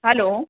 hello